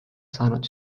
saanud